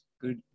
Good